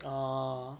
orh